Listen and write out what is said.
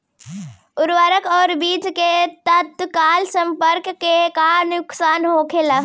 उर्वरक और बीज के तत्काल संपर्क से का नुकसान होला?